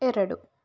ಎರಡು